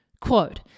Quote